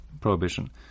prohibition